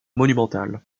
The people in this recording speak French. monumental